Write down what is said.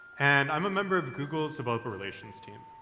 and i'm a member of google's developer relations team.